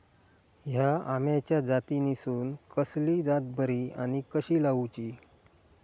हया आम्याच्या जातीनिसून कसली जात बरी आनी कशी लाऊची?